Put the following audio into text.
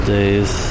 days